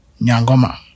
Nyangoma